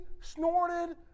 snorted